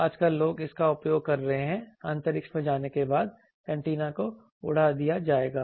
आजकल लोग इसका उपयोग कर रहे हैं अंतरिक्ष में जाने के बाद एंटीना को उड़ा दिया जाएगा